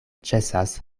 ĉesas